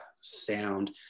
sound